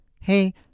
Hey